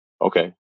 okay